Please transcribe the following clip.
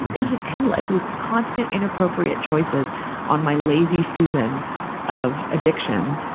it was just endless. it was constant, inappropriate choices on my lazy susan of addiction,